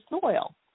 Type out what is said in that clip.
soil